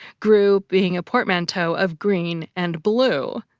grue being a portmanteau of green and blue,